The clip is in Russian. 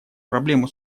проблему